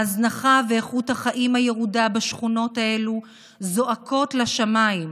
ההזנחה ואיכות החיים הירודה בשכונות האלה זועקות לשמיים.